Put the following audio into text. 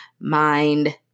Mind